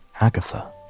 Agatha